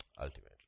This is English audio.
ultimately